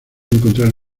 encontrar